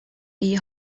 iyi